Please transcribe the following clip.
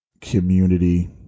community